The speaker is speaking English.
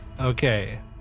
okay